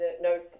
no